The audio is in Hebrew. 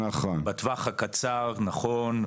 בטווח הקצר נכון,